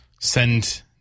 send